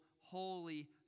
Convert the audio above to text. holy